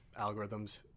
algorithms